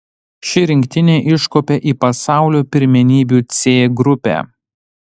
ši rinktinė iškopė į pasaulio pirmenybių c grupę